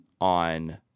on